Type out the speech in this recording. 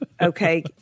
Okay